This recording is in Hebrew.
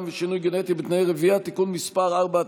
ושינוי גנטי בתאי רבייה) (תיקון מס' 4),